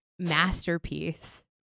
masterpiece